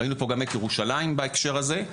ראינו גם את ירושלים בהקשר הזה.